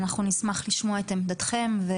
אנחנו נשמח לשמוע את עמדתכם,